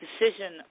decision